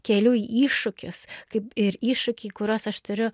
keliu iššūkius kaip ir iššūkį kuriuos aš turiu